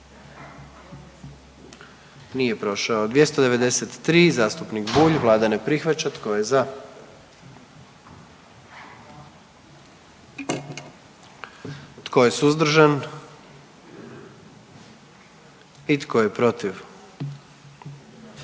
44. Kluba zastupnika SDP-a, vlada ne prihvaća. Tko je za? Tko je suzdržan? Tko je protiv?